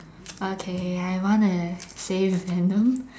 okay I wanna say Venom